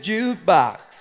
Jukebox